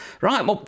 right